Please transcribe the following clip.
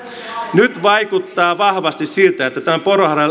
nyt vaikuttaa vahvasti siltä että tämän